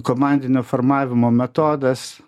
komandinio formavimo metodas